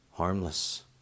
Harmless